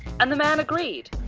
and the man agreed.